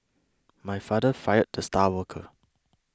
my father fired the star worker